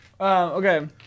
Okay